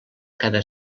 cada